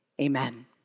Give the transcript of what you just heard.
Amen